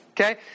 Okay